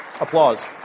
applause